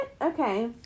Okay